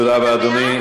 תודה רבה, אדוני.